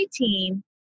18